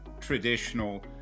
traditional